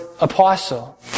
apostle